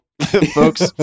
folks